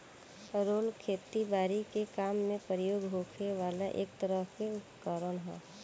roller खेती बारी के काम में प्रयोग होखे वाला एक तरह के उपकरण ह